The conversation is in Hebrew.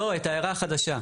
לא, את ההערה החדשה.